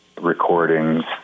recordings